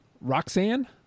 Roxanne